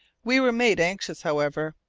we were made anxious, however,